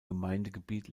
gemeindegebiet